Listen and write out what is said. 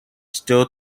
still